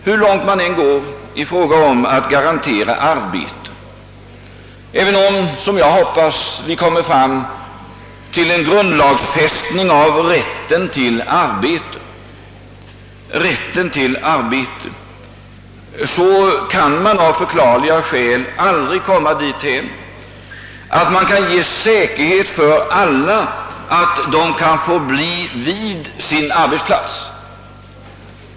Även om vi skulle grundlagfästa rätten till arbete, så kan man av förklarliga skäl aldrig komma dithän att man kan ge alla säkerhet för att de skall få förbli vid sin arbetsplats.